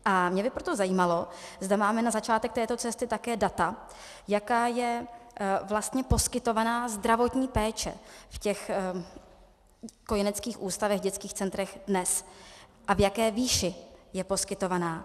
Mě by proto zajímalo, zda máme na začátek této cesty také data, jaká je vlastně poskytovaná zdravotní péče v kojeneckých ústavech a dětských centrech dnes a v jaké výši je poskytovaná.